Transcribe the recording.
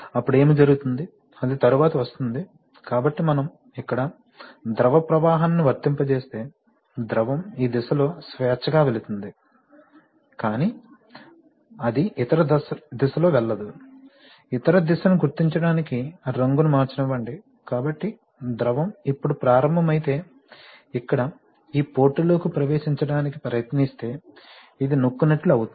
అప్పుడు ఏమి జరుగుతుంది అది తరువాత వస్తుంది కాబట్టి మనం ఇక్కడ ద్రవ ప్రవాహాన్ని వర్తింపజేస్తే ద్రవం ఈ దిశలో స్వేచ్ఛగా వెళుతుంది కానీ అది ఇతర దిశలో వెళ్ళదు ఇతర దిశను గుర్తించడానికి రంగును మార్చనివ్వండి కాబట్టి ద్రవం ఇప్పుడు ప్రారంభమైతే ఇక్కడ ఈ పోర్టులోకి ప్రవేశించడానికి ప్రయత్నిస్తే ఇది నొక్కినట్లు అవుతుంది